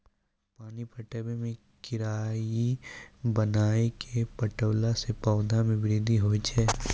पानी पटाबै मे कियारी बनाय कै पठैला से पौधा मे बृद्धि होय छै?